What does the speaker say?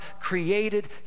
created